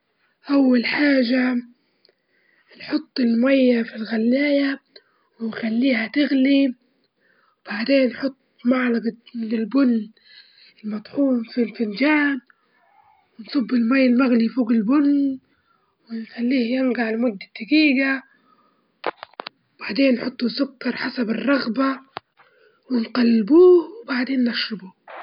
أول حاجة حط التيشرت على طاولة مستوية وخليك دايمًا تحط المكوى على حرارة مناسبة، ونبتدي نكوي المناطق الكبيرة زي الضهر والصدر وبعدين نمشي على الأكمام والأطراف اللي في التيشيرت، وبعدين نكويه ونطبقه.